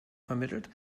vermittelt